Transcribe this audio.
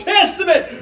Testament